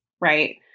right